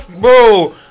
bro